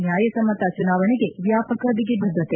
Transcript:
ನ್ಯಾಯಯುತ ಚುನಾವಣೆಗೆ ವ್ಯಾಪಕ ಬಿಗಿ ಭದ್ರತೆ